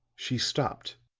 she stopped,